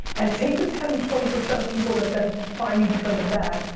and take the ten to twenty percent of people that then find you because of that,